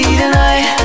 tonight